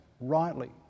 rightly